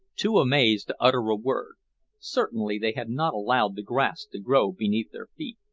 too amazed to utter a word certainly they had not allowed the grass to grow beneath their feet.